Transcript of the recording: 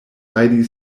rajdi